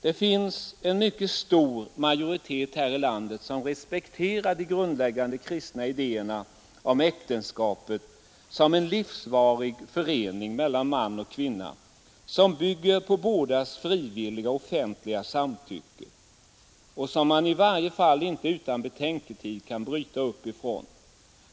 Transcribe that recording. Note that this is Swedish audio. Det finns en mycket stor majoritet här i landet som respekterar de grundläggande kristna idéerna om äktenskapet som en livsvarig förening mellan man och kvinna, som bygger på bådas frivilliga offentliga samtycke och som man i varje fall inte utan betänketid kan bryta upp ifrån.